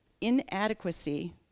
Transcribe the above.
inadequacy